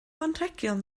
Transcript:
anrhegion